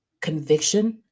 conviction